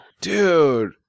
dude